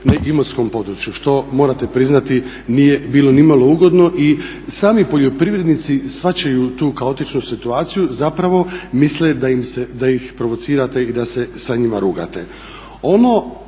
na Imotskom području što morate priznati nije bilo ni malo ugodno. I sami poljoprivrednici shvaćaju tu kaotičnu situaciju. Zapravo misle da ih provocirate i da se sa njima rugate. Ono